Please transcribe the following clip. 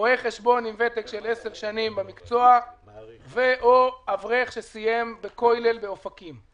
רואה חשבון עם ותק 10 שנים במקצוע ו/או אברך שסיים בכולל באופקים.